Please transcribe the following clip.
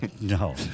no